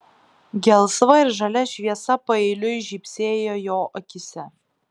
gelsva ir žalia šviesa paeiliui žybsėjo jo akyse